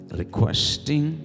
requesting